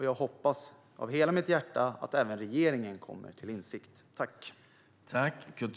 Jag hoppas av hela mitt hjärta att även regeringen kommer till insikt.